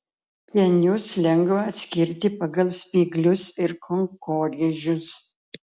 kėnius lengva atskirti pagal spyglius ir kankorėžius